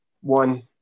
one